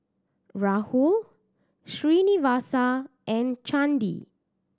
Rahul Srinivasa and Chandi